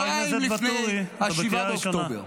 -- חבר הכנסת ואטורי, אתה בקריאה ראשונה.